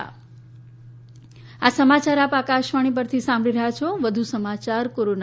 corona appeal આ સમાચાર આપ આકાશવાણી પરથી સાંભળી રહ્યા છોવધુ સમાચાર કોરોના